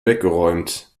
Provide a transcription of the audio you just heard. weggeräumt